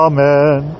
Amen